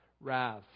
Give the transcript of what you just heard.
wrath